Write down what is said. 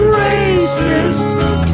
racists